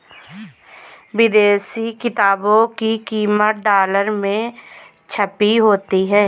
विदेशी किताबों की कीमत डॉलर में छपी होती है